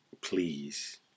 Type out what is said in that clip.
please